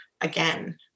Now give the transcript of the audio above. again